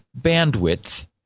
bandwidth